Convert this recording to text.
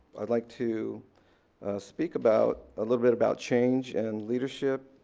i'd like to speak about a little bit about change and leadership.